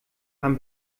haben